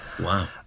Wow